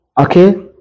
Okay